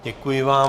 Děkuji vám.